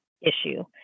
issue